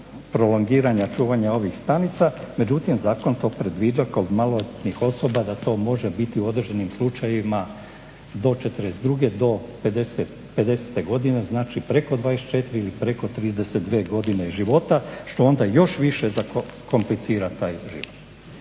prolongiranja, čuvanja ovih stanica, međutim zakon to predviđa kod maloljetnih osoba da to može biti u određenim slučajevima do 42., do 50. godine, znači preko 24 ili preko 32 godine života što onda još više zakomplicira taj život.